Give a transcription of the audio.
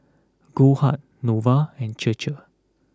Goldheart Nova and Chir Chir